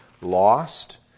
lost